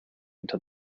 until